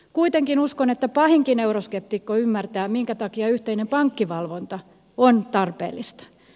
kuitenkin uskon että pahinkin euroskeptikko ymmärtää minkä takia yhteinen pankkivalvonta on tarpeellista